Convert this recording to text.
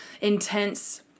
intense